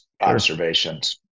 observations